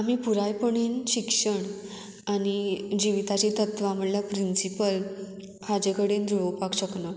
आमी पुरायपणीन शिक्षण आनी जिविताची तत्वां म्हणल्यार प्रिंसिपल हाजे कडेन जुळोवपाक शकना